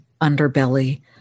underbelly